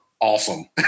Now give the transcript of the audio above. awesome